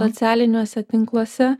socialiniuose tinkluose